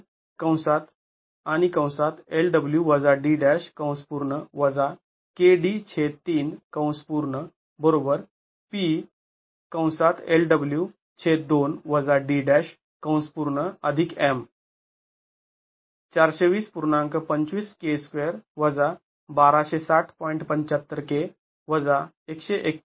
k साठी अभिव्यक्ती सोडवा आणि आम्हाला k साठी ०